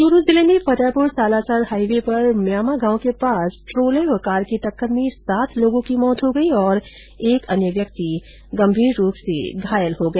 चूरू जिले में फतेहपुर सालासर हाईवे पर म्यामा गांव के पास ट्रोला और कार की टक्कर में सात लोगों की मौत हो गई और एक अन्य व्यक्ति गंभीर रूप से घायल हो गया